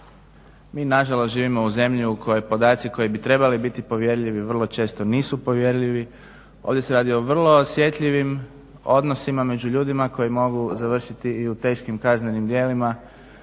Mi nažalost živimo u zemlji u kojoj bi podaci koji bi trebali biti povjerljivi vrlo često nisu povjerljivi. Ovdje se radi o vrlo osjetljivim odnosima među ljudima koji mogu završiti i u teškim kaznenim djelima.